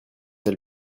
elle